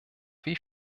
wie